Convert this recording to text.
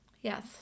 Yes